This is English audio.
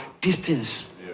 distance